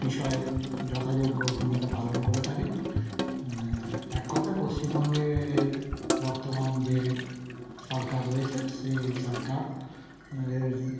বিষয়ে যথাযোগ্য ভূমিকা পালন করে থাকে এক কথায় পশ্চিমবঙ্গে বর্তমান যে সরকার রয়েছে সে এই সরকার এর